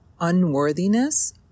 unworthiness